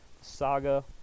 saga